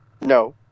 No